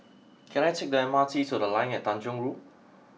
can I take the M R T to The Line at Tanjong Rhu